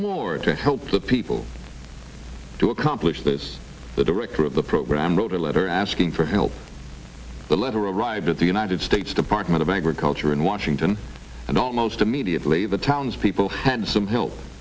more to help the people to accomplish this the director of the program wrote a letter asking for help the letter arrived at the united states department of agriculture in washington and almost immediately the townspeople had some help